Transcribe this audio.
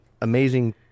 amazing